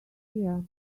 here